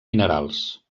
minerals